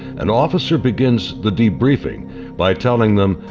an officer begins the debriefing by telling them,